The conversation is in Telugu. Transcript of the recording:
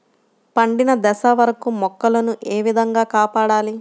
పండిన దశ వరకు మొక్కల ను ఏ విధంగా కాపాడాలి?